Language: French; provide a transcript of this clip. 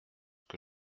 que